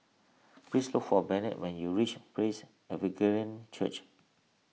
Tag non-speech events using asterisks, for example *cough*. please look for Bennett when you reach Praise *unintelligible* Church